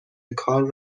کار